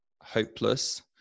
hopeless